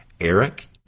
Eric